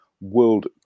World